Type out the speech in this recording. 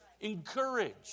encourage